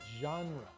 genre